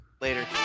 Later